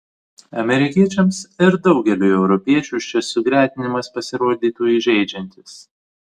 amerikiečiams ir daugeliui europiečių šis sugretinimas pasirodytų įžeidžiantis